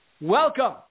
Welcome